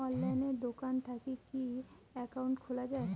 অনলাইনে দোকান থাকি কি একাউন্ট খুলা যায়?